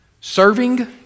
Serving